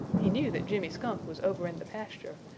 he knew that jimmy skunk was over in the pasture,